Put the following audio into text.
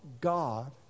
God